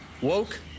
Woke